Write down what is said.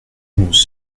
nous